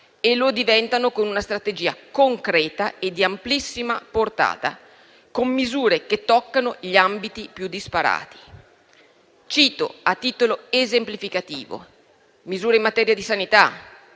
e lo diventano con una strategia concreta e di amplissima portata, con misure che toccano gli ambiti più disparati. Cito a titolo esemplificativo: misure in materia di sanità,